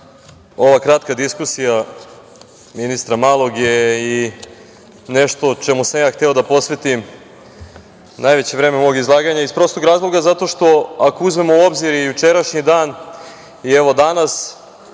ova kratka diskusija ministra Malog je i nešto čemu sam ja hteo da posvetim najveće vreme mog izlaganja, iz prostog razloga zato što ako uzmemo u obzir i jučerašnji dan i evo danas,